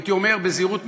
הייתי אומר בזהירות,